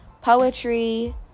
poetry